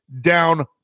down